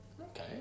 Okay